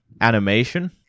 animation